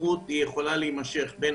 ההתמחות יכולה להימשך בין